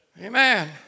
Amen